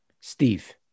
Steve